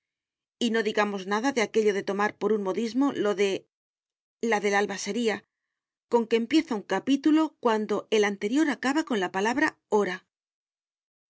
y no digamos nada de aquello de tomar por un modismo lo de la del alba sería con que empieza un capítulo cuando el anterior acaba con la palabra